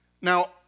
Now